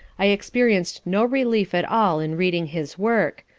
i experienc'd no relief at all in reading his work,